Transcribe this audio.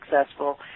successful